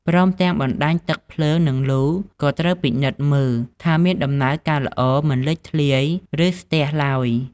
ព្រមទាំងបណ្តាញទឹក ភ្លើង និងលូក៏ត្រូវពិនិត្យមើល ថាមានដំណើរការល្អ មិនលេចធ្លាយ ឬស្ទះឡើយ។